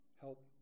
Help